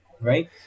right